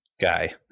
guy